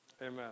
amen